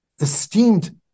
esteemed